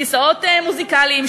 כיסאות מוזיקליים,